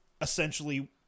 essentially